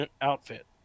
outfit